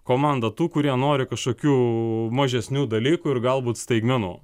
komanda tų kurie nori kažkokių mažesnių dalykų ir galbūt staigmenų